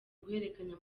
guhererekanya